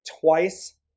twice